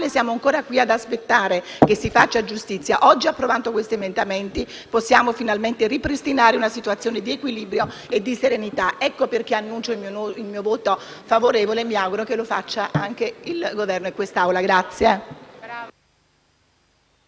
siamo ancora qui ad aspettare che si faccia giustizia. Oggi, approvando questi emendamenti, possiamo finalmente ripristinare una situazione di equilibrio e di serenità. Ecco perché annuncio il mio voto favorevole e mi auguro che lo facciano anche il Governo e questa Assemblea.